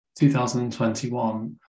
2021